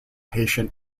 haitian